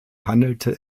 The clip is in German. handelte